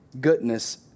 goodness